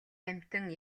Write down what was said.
амьтан